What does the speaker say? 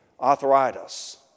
arthritis